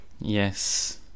Yes